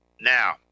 Now